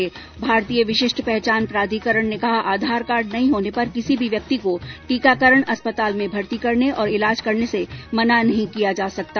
् भारतीय विशिष्ट पहचान प्राधिकरण ने कहा आधार कार्ड नहीं होने पर किसी भी व्यक्ति को टीकाकरण अस्पताल में भर्ती करने और इलाज करने से मना नहीं किया जा सकता